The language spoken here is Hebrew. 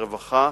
הרווחה,